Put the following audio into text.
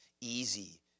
easy